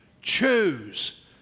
Choose